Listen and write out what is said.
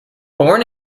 born